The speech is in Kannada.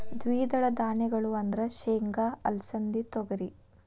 ದ್ವಿದಳ ಧಾನ್ಯಗಳು ಅಂದ್ರ ಸೇಂಗಾ, ಅಲಸಿಂದಿ, ತೊಗರಿ